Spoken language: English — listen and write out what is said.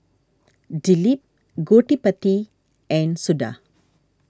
Dilip Gottipati and Suda